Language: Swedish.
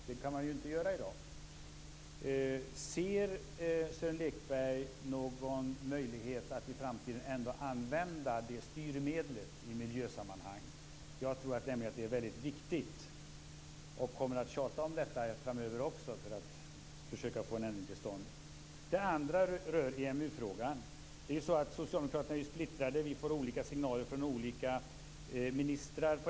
Det går inte i dag. Ser Sören Lekberg någon möjlighet att i framtiden använda det styrmedlet i miljösammanhang? Det är viktigt. Jag kommer att tjata om detta också framöver för att försöka få en ändring till stånd. Den andra frågan rör EMU. Socialdemokraterna är splittrade. Vi får olika signaler från olika ministrar.